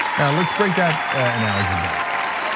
now let's break that analogy down.